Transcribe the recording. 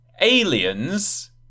Aliens